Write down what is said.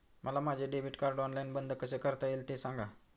मला माझे debit card online बंद कसे करता येईल, ते सांगा